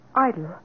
Idle